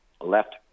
left